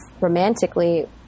romantically